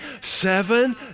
seven